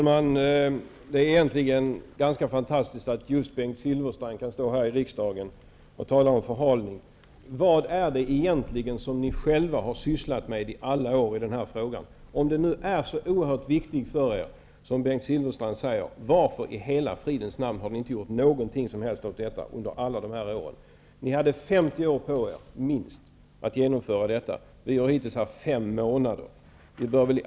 Herr talman! Det är ganska fantastiskt att just Bengt Silfverstrand kan stå här i kammaren och tala om förhalning. Vad har ni egentligen själva sysslat med under alla år när det gäller den här frågan? Om den nu är så oerhört viktigt för er som Bengt Silfverstrand säger, varför i hela fridens namn har ni då inte gjort någonting åt detta under alla år? Ni hade minst 50 år på er att genomföra detta. Vi har hittills haft fem månader på oss.